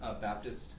Baptist